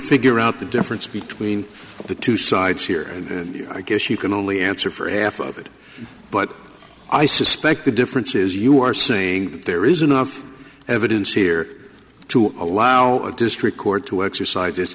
figure out the difference tween the two sides here and i guess you can only answer for affidavit but i suspect the difference is you are saying that there is enough evidence here to allow a district court to exercise